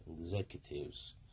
executives